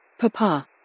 Papa